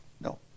no